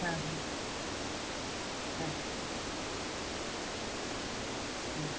হ্যাঁ হ্যাঁ হ্যাঁ হুম